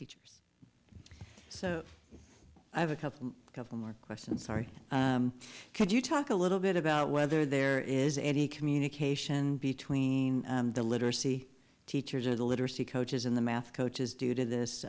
teachers so i have a couple a couple more questions sorry could you talk a little bit about whether there is any communication between the literacy teachers or the literacy coaches in the math coaches due to this